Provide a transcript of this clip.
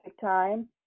Time